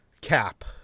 cap